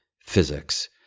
physics